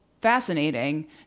fascinating